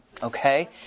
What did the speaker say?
Okay